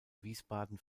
wiesbaden